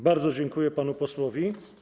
Bardzo dziękuję panu posłowi.